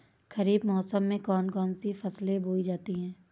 खरीफ मौसम में कौन कौन सी फसलें बोई जाती हैं?